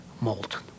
molten